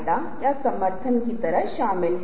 और वे वास्तव में विस्तृत तरीके से पढ़ने के लिए नहीं हैं